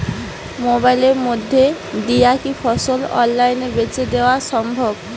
মোবাইলের মইধ্যে দিয়া কি ফসল অনলাইনে বেঁচে দেওয়া সম্ভব?